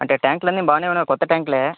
అంటే ట్యాంక్లన్నీ బాగానే ఉన్నాయి కొత్త ట్యాంక్లే